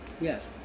Yes